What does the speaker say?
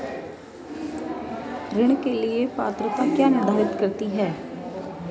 ऋण के लिए पात्रता क्या निर्धारित करती है?